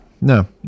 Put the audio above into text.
no